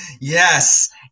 Yes